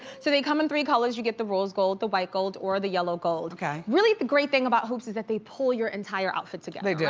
so they come in three colors, you get the rose gold, the white gold, or the yellow gold. really, the great thing about hoops is that they pull your entire outfit together. yeah